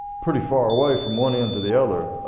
pretty far away from one end to the other.